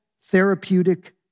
therapeutic